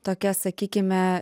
tokias sakykime